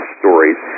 stories